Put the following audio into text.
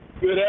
Good